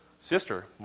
sister